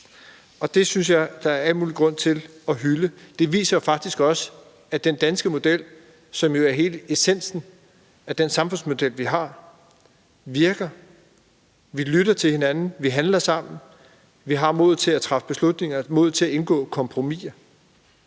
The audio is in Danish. og det synes jeg der er al mulig grund til at hylde. Det viser faktisk også, at den danske model, som er hele essensen af den samfundsmodel, vi har, virker: Vi lytter til hinanden, vi handler sammen, vi har modet til at træffe beslutninger, modet til at indgå kompromisser.